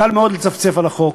קל מאוד לצפצף על החוק.